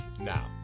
now